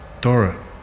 Dora